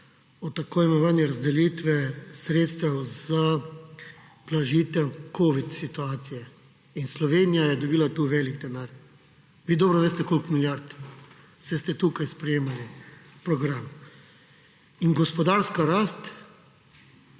o tako imenovani razdelitvi sredstev za blažitev covid situacije in Slovenija je dobila tu velik denar. Vi dobro veste koliko milijard, saj ste tukaj sprejemali program. Gospodarska rast,